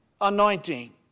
anointing